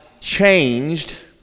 changed